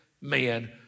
man